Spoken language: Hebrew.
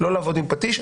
לא לעבוד עם פטיש.